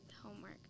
homework